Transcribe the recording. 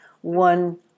one